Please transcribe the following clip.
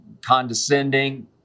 condescending